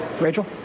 Rachel